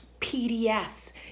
PDFs